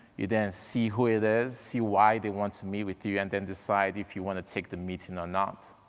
you then see who it is, see why they want to meet with you, and then decide if you wanna take the meeting or not.